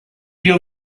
your